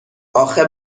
اخه